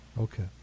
Okay